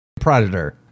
predator